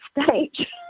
stage